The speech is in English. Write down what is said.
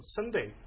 Sunday